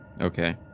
Okay